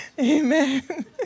Amen